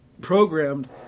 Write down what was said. programmed